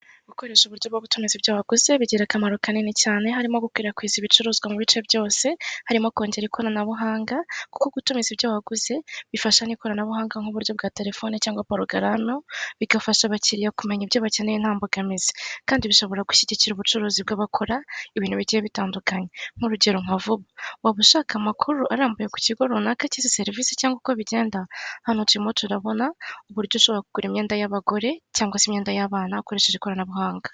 Gukoresha uburyo bwo hutimiza ibyo waguze bigira akamaro kanini cyane: harimo gukwirakwiza ibicuruzwa mu bice byose, harimo kongera ikoranabuhanga. Kuko gutumiza ibyo waguze, bifasha n'ikoranabuhanga nk'uburyo bwa telefoni cyangwa porogame, bigafasha abakiriya kumenya ibyo bakeneye nta mbogamizi. Kandi bishobora gushyigikira ubucuruzi bw'abakora ibintu bigiye bitandukanye, nk'uruge ro vuba. Waba ushaka amakuru arambuye ku kigo runaka cy'izi serivisi cyangwa uko bigenda? Hano turimo turabona uburyo ushobora kugura imyenda y'abagore, cyangwa se imyenda y'abana, ukoresheje ikoranabuhanga.